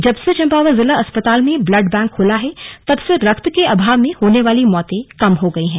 जब से चम्पावत जिला अस्पताल में ब्लड बैंक खुला है तब से रक्त के अभाव में होने वाली मौतें कम हो गयी हैं